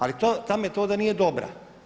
Ali ta metoda nije dobra.